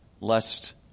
lest